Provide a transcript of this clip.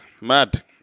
mad